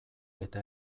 eta